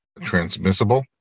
transmissible